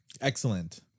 Excellent